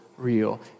real